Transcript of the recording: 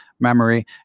memory